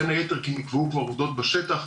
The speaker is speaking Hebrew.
בין היתר כי נקבעו כבר עובדות בשטח,